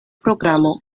programo